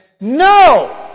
No